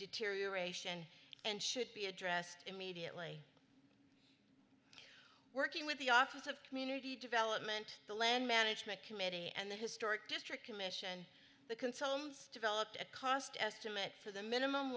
deterioration and should be addressed immediately working with the office of community development the land management committee and the historic district commission the console developed a cost estimate for the minimum